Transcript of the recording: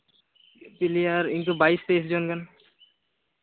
player ᱤᱱᱠᱟᱹ ᱵᱟᱭᱤᱥ ᱛᱤᱨᱤᱥ ᱡᱚᱱ ᱜᱟᱱ